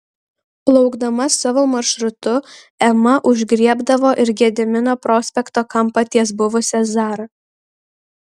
plaukdama savo maršrutu ema užgriebdavo ir gedimino prospekto kampą ties buvusia zara